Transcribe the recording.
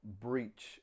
breach